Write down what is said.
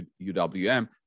UWM